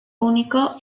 único